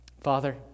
Father